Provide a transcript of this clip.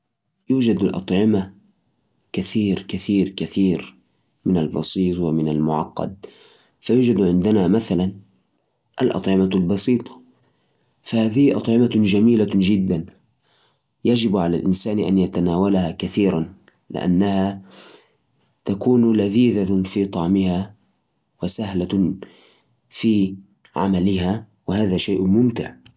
في أكلات بسيطة أستمتع بها كثير مثل الفول بالزيت والليمون طعمها لذيذ وسهل التحضير كمان أحب أكلة البيض المقلي مع الخبز تحسيني بشبع شوي وما أنسي المعكرونة بالبندورة تعطي طعم مميز وسريعة التحضير والأهم من كذا أحب أكل الفواكه الطازجة زي البطيخ والتفاح تحلي اليوم